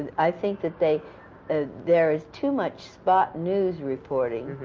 i think that they ah there is too much spot news reporting,